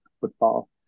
football